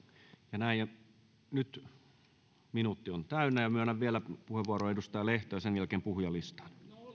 ja näin nyt minuutti on täynnä ja myönnän vielä puheenvuoron edustaja lehto ja sen jälkeen puhujalistaan